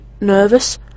nervous